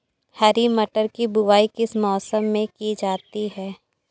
हरी मटर की बुवाई किस मौसम में की जाती है?